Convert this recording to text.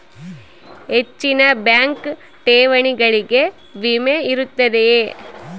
ಹೆಚ್ಚಿನ ಬ್ಯಾಂಕ್ ಠೇವಣಿಗಳಿಗೆ ವಿಮೆ ಇರುತ್ತದೆಯೆ?